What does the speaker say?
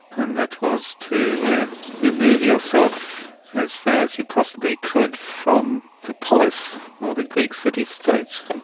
and that was to remove yourself as far as you possibly could from the polis, or the greek city-state,